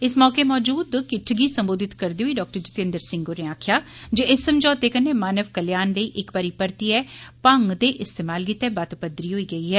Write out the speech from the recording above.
इस मौके मौजूद किट्ठ गी सम्बोधित करदे होई डाक्टर जतेन्द्र सिंह होरें आक्खेआ जे इस समझौते कन्नै मानव कल्याण लेई इक वारी परतियै 'मंग' दे इस्तेमाल गित्तै बत पदरी होई गेई ऐ